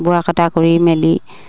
বোৱা কটা কৰি মেলি